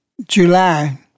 July